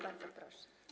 Bardzo proszę.